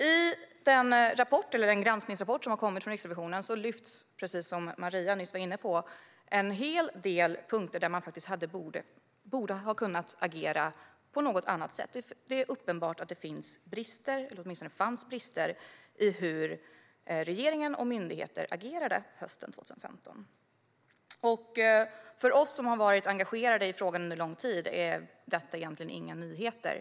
I den granskningsrapport som har kommit från Riksrevisionen lyfts, precis som Maria Abrahamsson nyss var inne på, en hel del punkter där man faktiskt borde ha kunnat agera på något annat sätt. Det är uppenbart att det finns, eller åtminstone fanns, brister i hur regeringen och myndigheter agerade hösten 2015. För oss som har varit engagerade i frågan under lång tid är detta inga nyheter.